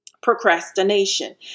Procrastination